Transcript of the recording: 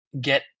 get